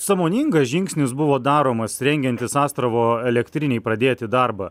sąmoningas žingsnis buvo daromas rengiantis astravo elektrinei pradėti darbą